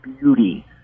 beauty